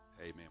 Amen